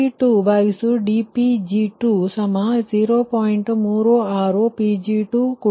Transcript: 36Pg232 ಎಂದು ಭಾವಿಸೋಣ